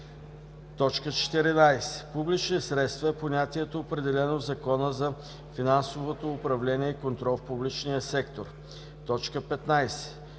14. „Публични средства“ е понятието, определено в Закона за финансовото управление и контрол в публичния сектор. 15.